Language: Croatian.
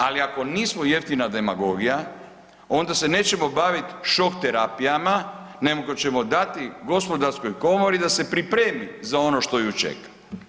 Ali ako nismo jeftina demagogija onda se nećemo baviti šok terapijama nego ćemo dati gospodarskoj komori da se pripremi za ono što ju čeka.